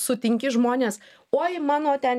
sutinki žmones oi mano ten